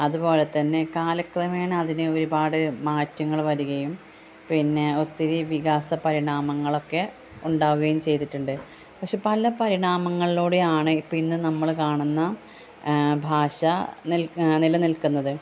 അതുപോലെത്തന്നെ കാലക്രമേണ അതിന് ഒരുപാട് മാറ്റങ്ങൾ വരികയും പിന്നെ ഒത്തിരി വികാസ പരിണാമങ്ങളൊക്കെ ഉണ്ടാവുകയും ചെയ്തിട്ടുണ്ട് പഷെ പല പരിണാമങ്ങളിലൂടെയാണ് ഇപ്പം ഇന്ന് നമ്മൾ കാണുന്ന ഭാഷ നിലനിൽക്കുന്നത്